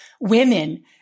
women